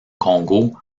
congo